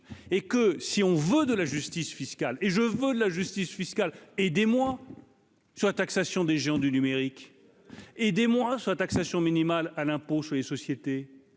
et que si on veut de la justice fiscale et je veux la justice fiscale et des mois sur la taxation des géants du numérique et des mois sur la taxation minimale à l'impôt sur les sociétés